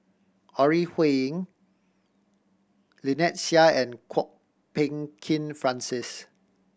Ore Huiying Lynnette Seah and Kwok Peng Kin Francis